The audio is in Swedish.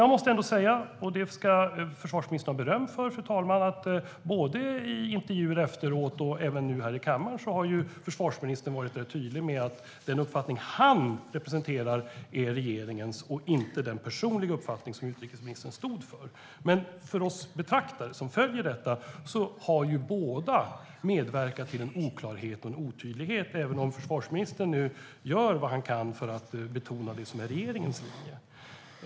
Jag måste säga, fru talman - och det ska försvarsministern ha beröm för - att försvarsministern både i intervjuer efteråt och även nu i kammaren har varit tydlig med att den uppfattning som han representerar är regeringens och inte den personliga uppfattning som utrikesministern stod för. Men för oss betraktare, för oss som följer detta, framstår det som att båda har medverkat till en oklarhet och en otydlighet, även om försvarsministern nu gör vad han kan för att betona det som är regeringens linje.